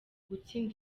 gutsinda